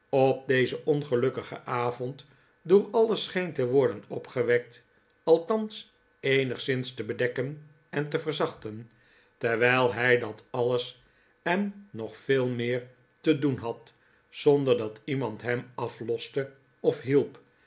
op dezen ongelukkigen avqnd door alles scheen te worden opgewekt althans eenigszins te bedekken en te verzachten terwijl hij dat alles en nog veel meer te doen had zonder dat iemand hem afloste of hielp